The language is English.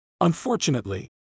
Unfortunately